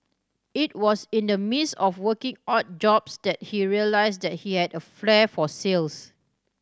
it was in the midst of working odd jobs that he realised that he had a flair for sales